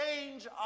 change